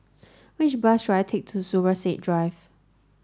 which bus should I take to Zubir Said Drive